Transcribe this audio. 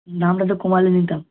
দামটা একটু কমালে নিতাম